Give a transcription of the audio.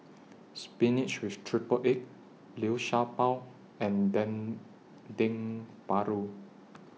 Spinach with Triple Egg Liu Sha Bao and Dendeng Paru